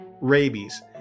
Rabies